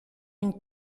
une